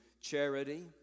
charity